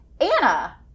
Anna